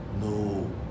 no